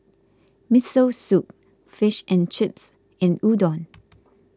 Miso Soup Fish and Chips and Udon